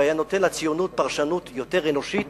והיה נותן לציונות פרשנות יותר אנושית